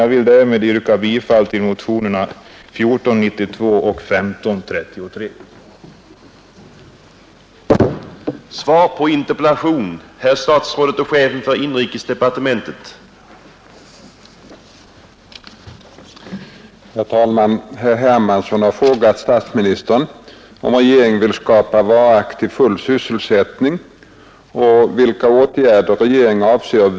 Jag vill härmed yrka bifall till motionerna 1492 och 1333.